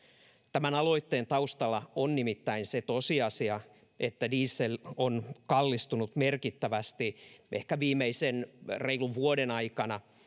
tämän aloitteen taustalla on nimittäin se tosiasia että diesel on kallistunut merkittävästi ehkä viimeisen reilun vuoden aikana